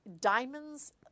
diamonds